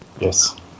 Yes